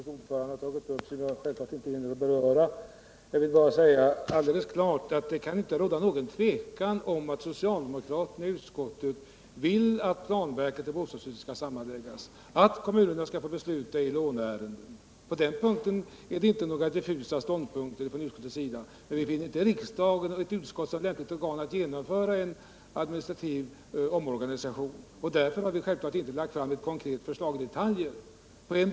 Herr talman! Det är många saker som utskottets ordförande tagit upp och som jag självfallet inte hinner beröra. Jag vill bara alldeles klart säga ifrån att det inte kan råda någon tvekan om att socialdemokraterna i utskottet vill att planverket och bostadsstyrelsen skall sammanläggas och att kommunerna skall få besluta i låneärenden. På den punkten finns det inte några diffusa ståndpunkter. Men vi finner inte riksdagen och ett utskott vara ett lämpligt organ att genomföra en sådan administrativ omorganisation, och därför har vi självfallet inte lagt fram något konkret förslag i detaljer.